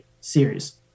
series